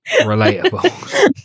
relatable